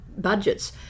budgets